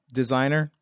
designer